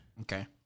Okay